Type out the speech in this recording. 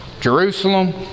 Jerusalem